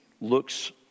looks